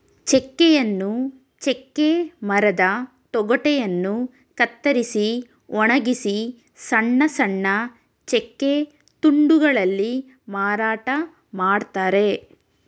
ಚೆಕ್ಕೆಯನ್ನು ಚೆಕ್ಕೆ ಮರದ ತೊಗಟೆಯನ್ನು ಕತ್ತರಿಸಿ ಒಣಗಿಸಿ ಸಣ್ಣ ಸಣ್ಣ ಚೆಕ್ಕೆ ತುಂಡುಗಳಲ್ಲಿ ಮಾರಾಟ ಮಾಡ್ತರೆ